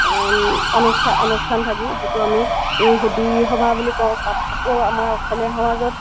অনুষ্ঠানভাগী যিটো আমি সুদি সভা বুলি কওঁ তাত আকৌ আমাৰ অসমীয়া সমাজত